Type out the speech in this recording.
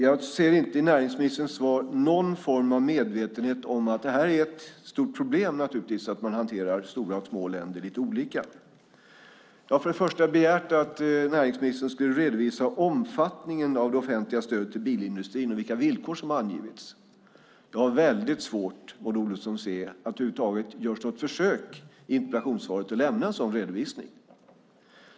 Jag ser inte i näringsministerns svar någon form av medvetenhet om att det naturligtvis är ett stort problem att man hanterar stora och små länder lite olika. Jag har först och främst begärt att näringsministern ska redovisa omfattningen av det offentliga stödet till bilindustrin och vilka villkor som angivits. Jag har väldigt svårt, Maud Olofsson, att se att det över huvud taget görs ett försök i interpellationssvaret att lämna en sådan redovisning.